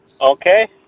Okay